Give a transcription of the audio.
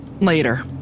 later